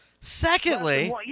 Secondly